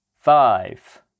Five